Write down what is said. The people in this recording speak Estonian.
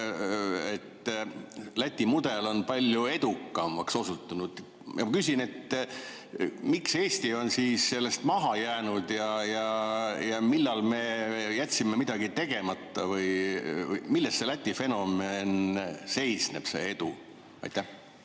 Läti mudel on palju edukamaks osutunud. Ma küsin, et miks Eesti on siis sellest maha jäänud ja millal me jätsime midagi tegemata. Milles see Läti fenomen seisneb, see edu? Aitäh